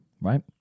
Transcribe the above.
right